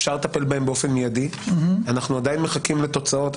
אפשר לטפל בהן באופן מידי ואנחנו עדין מחכים לתוצאות.